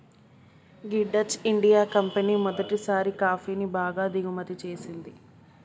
గీ Dutch India company మొదటిసారి కాఫీని బాగా దిగుమతి చేసింది